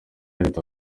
leta